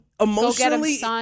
Emotionally